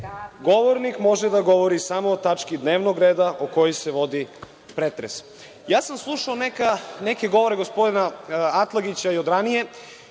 govornik može da govori samo o tački dnevnog reda o kojoj se vodi pretres. Slušao sam ja neke govore gospodina Atlagića i od ranije